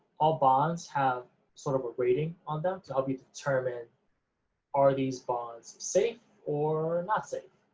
all bonds have sort of a rating on them to help you determine are these bonds safe or not safe.